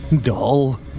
dull